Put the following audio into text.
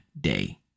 day